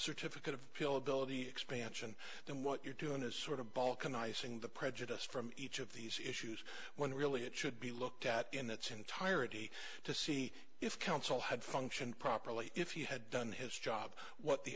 certificate of people ability expansion then what you're doing is sort of balkanizing the prejudiced from each of these issues when really it should be looked at in its entirety to see if counsel had functioned properly if he had done his job what the